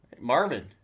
marvin